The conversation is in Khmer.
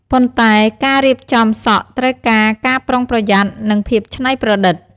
ប៉ុន្តែការរៀបចំសក់ត្រូវការការប្រុងប្រយ័ត្ននិងភាពច្នៃប្រឌិត។